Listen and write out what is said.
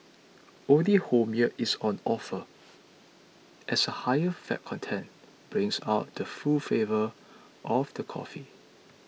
only whole milk is on offer as the higher fat content brings out the full flavour of the coffee